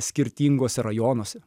skirtinguose rajonuose